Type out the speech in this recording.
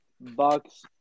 Bucks